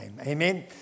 Amen